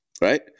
right